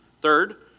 Third